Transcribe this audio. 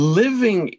living